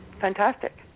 fantastic